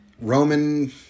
Roman